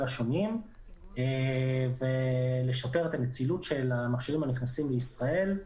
השונים ולשפר את הנצילות של המכשירים הנכנסים לישראל.